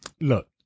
look